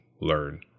learn